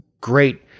great